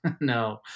No